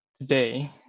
today